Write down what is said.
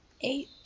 eight